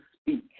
speak